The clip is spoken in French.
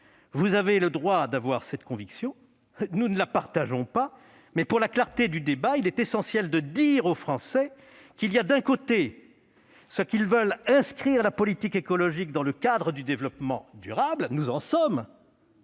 Vous avez le droit d'avoir cette conviction. Nous ne la partageons pas. Cependant, pour la clarté du débat, il est essentiel de dire aux Français qu'il y a d'un côté ceux qui veulent inscrire la politique écologique dans le cadre du développement durable- nous en sommes !